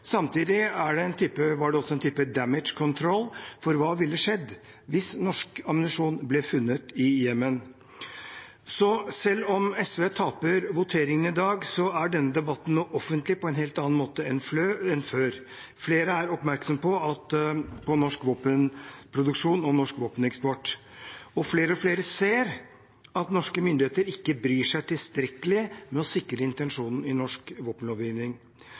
var det også en type «damage control». For hva ville skjedd hvis norsk ammunisjon ble funnet i Jemen? Selv om SV taper voteringen i dag, er denne debatten nå offentlig på en helt annen måte enn før. Flere er oppmerksomme på norsk våpenproduksjon og norsk våpeneksport. Flere og flere ser at norske myndigheter ikke bryr seg tilstrekkelig med å sikre intensjonen i norsk våpenlovgivning.